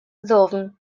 ddwfn